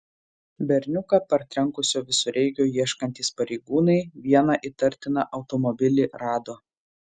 berniuką partrenkusio visureigio ieškantys pareigūnai vieną įtartiną automobilį rado